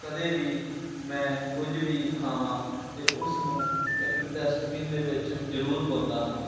ਕਦੇ ਵੀ ਮੈਂ ਕੁਝ ਵੀ ਖਾਵਾਂ ਤਾਂ ਉਸ ਨੂੰ ਇੱਕ ਡਸਟਬੀਨ ਦੇ ਵਿੱਚ ਜ਼ਰੂਰ ਪਾਉਂਦਾ ਹਾਂ